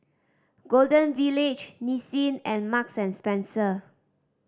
Golden Village Nissin and Marks and Spencer